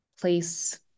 place